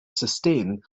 sustain